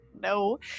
No